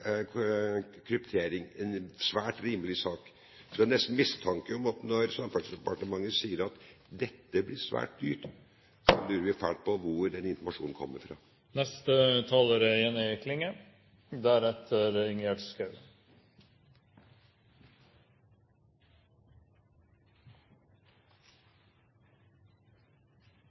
er kryptering en svært rimelig sak. Så det er nesten en mistanke her: Når Samferdselsdepartementet sier at dette blir svært dyrt, så lurer vi fælt på hvor denne informasjonen kommer